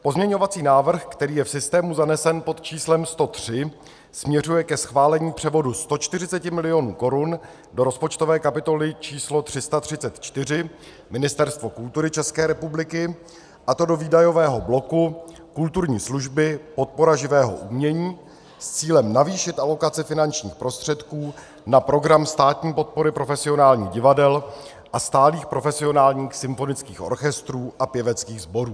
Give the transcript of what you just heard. Pozměňovací návrh, který je v systému zanesen pod číslem 103, směřuje ke schválení převodu 140 mil. korun do rozpočtové kapitoly číslo 334 Ministerstvo kultury České republiky, a to do výdajového bloku Kulturní služby, podpora živého umění s cílem navýšit alokace finančních prostředků na program státní podpory profesionálních divadel a stálých profesionálních symfonických orchestrů a pěveckých sborů.